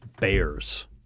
bears